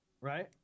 right